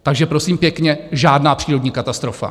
Takže prosím pěkně, žádná přírodní katastrofa.